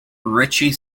richie